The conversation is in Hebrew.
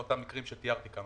לאותם מקרים שתיארתי כאן,